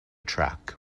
track